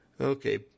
okay